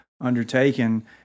undertaken